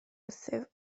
wrthyf